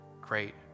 great